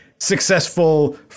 successful